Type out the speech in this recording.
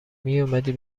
میومدی